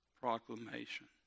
proclamation